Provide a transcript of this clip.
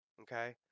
Okay